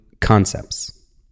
concepts